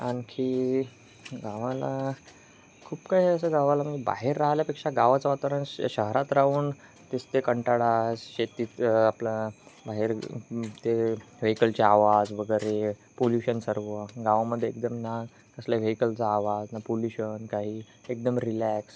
आणखी गावाला खूप काही असं गावाला म्हणजे बाहेर राहिल्यापेक्षा गावाचं वातावरण शहरात राहून तेच ते कंटाळा शेतीत आपलं बाहेर ते व्हेइकलची आवाज वगैरे पोल्युशन सर्व गावामध्ये एकदम ना कसल्या व्हेइकलचा आवाज ना पोल्युशन काही एकदम रिलॅक्स